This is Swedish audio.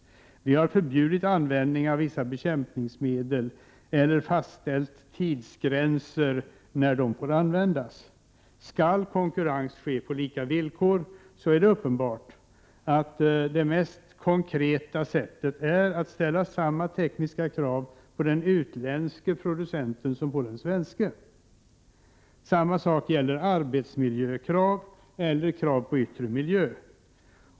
Vi har förbjudit användningen av vissa bekämpningsmedel eller fastställt tidsgränser när de får användas. Skall konkurrens ske på lika villkor, är det uppenbart att det mest konkreta är att ställa samma tekniska krav på den utländske producenten som på den svenske. Samma sak gäller arbetsmiljökrav och krav på yttre miljö.